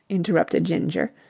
interrupted ginger,